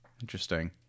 interesting